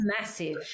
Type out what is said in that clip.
massive